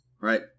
right